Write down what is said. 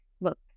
look